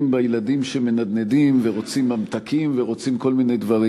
בילדים שמנדנדים ורוצים ממתקים ורוצים כל מיני דברים.